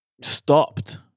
stopped